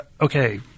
okay